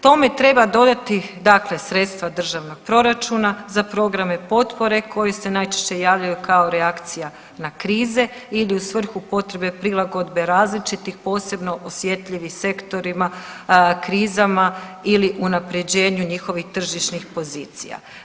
Tome treba dodati dakle sredstva državnog proračuna za programe potpore koji se najčešće javljaju kao reakcija na krize ili u svrhu potrebe prilagodbe različitih posebno osjetljivim sektorima krizama ili unapređenju njihovih tržišnih pozicija.